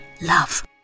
love